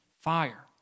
Fire